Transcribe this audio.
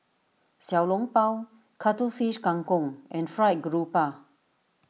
Xiao Long Bao Cuttlefish Kang Kong and Fried Grouper